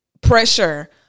pressure